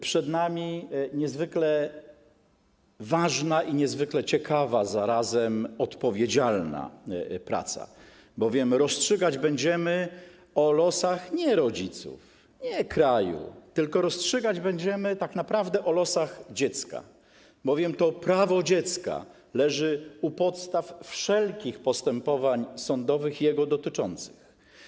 Przed nami niezwykle ważna i niezwykle ciekawa, a zarazem odpowiedzialna praca, bowiem rozstrzygać będziemy o losach nie rodziców, nie kraju, tylko rozstrzygać będziemy tak naprawdę o losach dziecka, bowiem to prawo dziecka leży u podstaw wszelkich postępowań sądowych jego dotyczących.